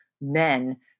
men